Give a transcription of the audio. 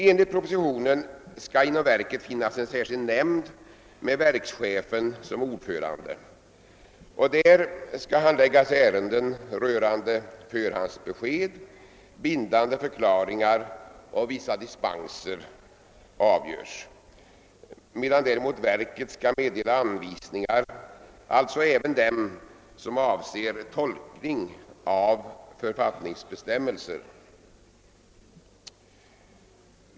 Enligt propositionen skall inom verket finnas en särskild nämnd med verkschefen som ordförande, där ärenden rörande förhandsbesked, bindande förklaringar och vissa dispenser avgörs, medan däremot verket skall meddela alla anvisningar — alltså även anvisningar som avser tolkning av författningsbestämmelser.